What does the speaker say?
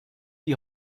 die